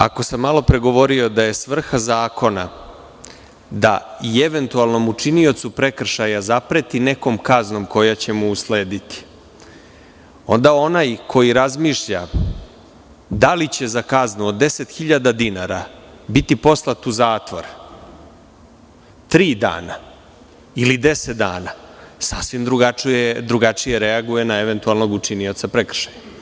Ako sam malopre govorio da je svrha zakona da i eventualnom učiniocu prekršaja zapreti nekom kaznom koja će mu uslediti, onda onaj koji razmišlja da li će za kaznu od 10.000 dinara biti poslat u zatvor tri dana ili 10 dana, sasvim drugačije reaguje na eventualnog učinioca prekršaja.